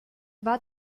war